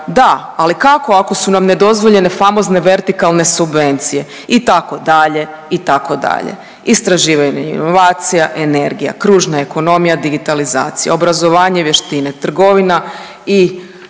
Da, ali kako ako su nam nedozvoljene famozne vertikalne subvencije? Itd., itd. Istraživanje inovacija, energija, kružna ekonomija, digitalizacija, obrazovanje i vještine, trgovina i